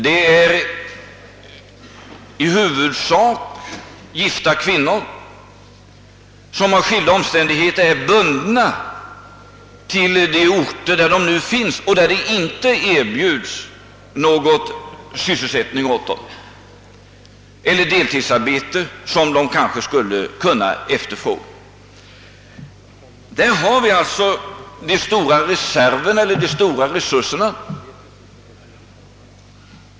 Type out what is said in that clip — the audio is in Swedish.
Det är i huvudsak gifta kvinnor, som av skilda omständigheter är bundna till de orter där de nu bor och där det inte erbjuds någon heltidssysselsättning eller något deltidsarbete, som de kanske skulle kunna efterfråga. Där har vi alltså de stora reserverna eller resurserna.